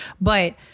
But-